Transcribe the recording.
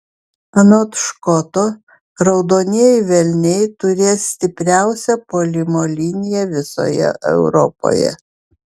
anot škoto raudonieji velniai turės stipriausią puolimo liniją visoje europoje